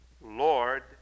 Lord